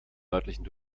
örtlichen